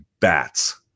bats